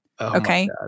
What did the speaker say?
Okay